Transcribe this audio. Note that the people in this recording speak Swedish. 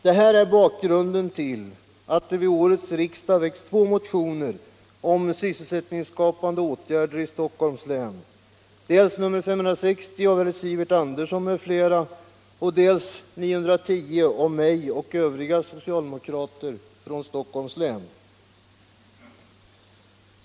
Detta är bakgrunden till att det vid årets riksdag har väckts två motioner om sysselsättningsskapande åtgärder i Stockholms län, dels nr 560 av herr Sivert Andersson i Stockholm m.fl., dels nr 910 av mig och övriga socialdemokrater från Stockholms län.